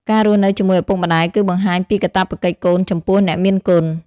ការរស់នៅជាមួយឪពុកម្តាយ គឺបង្ហាញពីកាតព្វកិច្ចកូនចំពោះអ្នកមានគុណ។